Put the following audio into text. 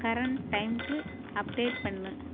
current டைமுக்கு update பண்ணு